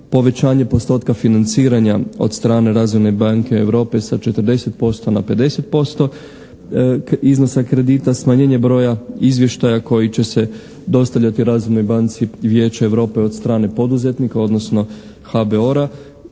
Povećanje postotka financiranja od strane Razvojne banke Europe sa 40% na 50% iznosa kredita, smanjenje broja izvještaja koji će se dostavljati Razvojnoj banci Vijeća Europe od strane poduzetnika, odnosno HBOR-a.